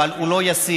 אבל הוא לא ישים,